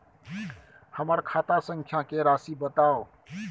हमर खाता संख्या के राशि बताउ